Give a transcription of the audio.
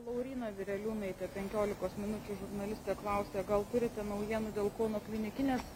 lauryna vireliūnaitė penkiolikos minučių žurnalistė klausia gal turite naujienų dėl kauno klinikinės